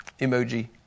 emoji